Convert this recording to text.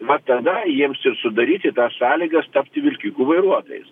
va tada jiems ir sudaryti tas sąlygas tapti vilkikų vairuotojais